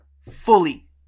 Fully